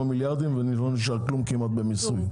מיליארדים וכמעט לא נשאר כלום במיסים.